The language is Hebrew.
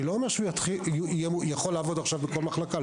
אני לא אומר שהוא יכול לעבוד עכשיו בכל מחלקה.